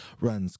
runs